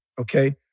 okay